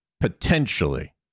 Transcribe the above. Potentially